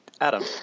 Adam